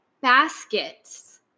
baskets